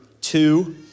two